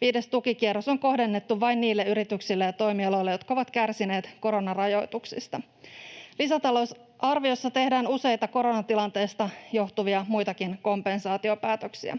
Viides tukikierros on kohdennettu vain niille yrityksille ja toimialoille, jotka ovat kärsineet koro-narajoituksista. Lisätalousarviossa tehdään muitakin useita koronatilanteesta johtuvia kompensaatiopäätöksiä.